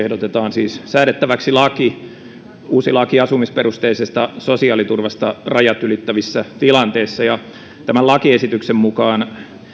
siis säädettäväksi uusi laki asumisperusteisesta sosiaaliturvasta rajat ylittävissä tilanteissa tämän lakiesityksen mukaan